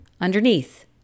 underneath